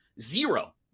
zero